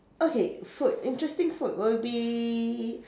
okay food interesting food will be